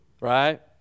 right